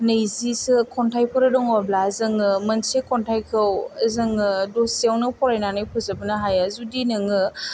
नैजिसो खन्थाइफोर दङब्ला जोङो मोनसे खन्थाइखौ जोङो दसेयावनो फरायनानै फरायनानै फोजोबनो हायो जुदि नोङो